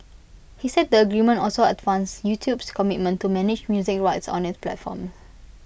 he said the agreement also advanced YouTube's commitment to manage music rights on its platform